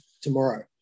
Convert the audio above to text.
tomorrow